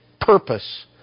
purpose